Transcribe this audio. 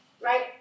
right